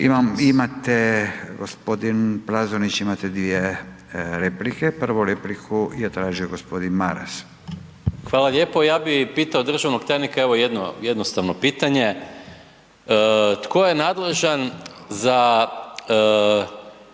Imate, g. Plazonić, imate dvije replike, prvu repliku je tražio g. Maras. **Maras, Gordan (SDP)** Hvala lijepo. Ja bi pitao državnog tajnika, evo jedno jednostavno pitanje, tko je nadležan za